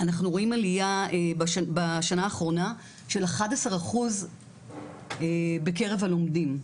רואים עלייה בשנה האחרונה של 11% בקרב הלומדים.